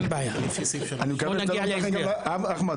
אחמד,